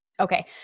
Okay